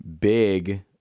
big